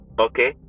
Okay